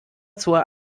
zur